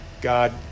God